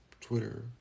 Twitter